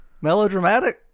Melodramatic